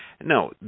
No